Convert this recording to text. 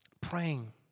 praying